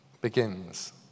begins